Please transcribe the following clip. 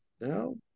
No